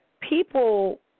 People